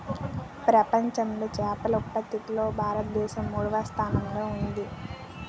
ప్రపంచంలో చేపల ఉత్పత్తిలో భారతదేశం మూడవ స్థానంలో ఉంది